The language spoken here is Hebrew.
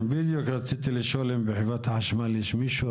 בדיוק רציתי לשאול אם בחברת החשמל יש מישהו,